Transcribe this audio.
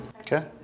Okay